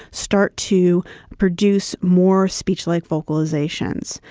start to produce more speech-like vocalizations.